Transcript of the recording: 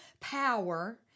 power